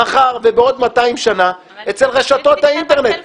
מחר ובעוד 200 שנה אצל רשתות האינטרנט.